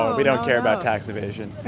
um we don't care about tax evasion